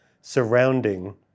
surrounding